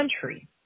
country